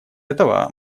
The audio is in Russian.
этого